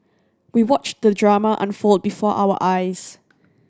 we watched the drama unfold before our eyes